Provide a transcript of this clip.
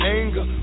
anger